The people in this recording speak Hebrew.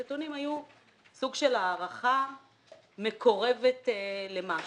הנתונים היו סוג של הערכה מקורבת למשהו.